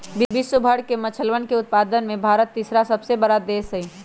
विश्व भर के मछलयन उत्पादन में भारत तीसरा सबसे बड़ा देश हई